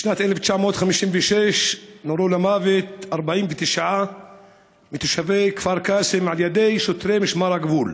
בשנת 1956 נורו למוות 49 מתושבי כפר קאסם על ידי שוטרי משמר הגבול.